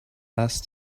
last